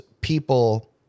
people